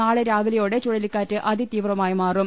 നാളെ രാവിലെയോടെ ചുഴലിക്കാറ്റ് അതിതീവ്രമായി മാറും